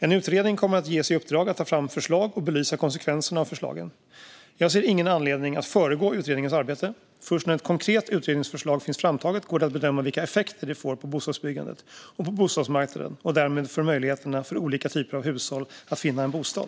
En utredning kommer att ges i uppdrag att ta fram förslag och belysa konsekvenserna av förslagen. Jag ser ingen anledning att föregripa utredningens arbete. Först när ett konkret utredningsförslag finns framtaget går det att bedöma vilka effekter det får på bostadsbyggandet och på bostadsmarknaden och därmed för möjligheterna för olika typer av hushåll att finna en bostad.